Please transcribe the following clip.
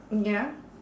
ya